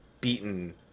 beaten